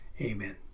Amen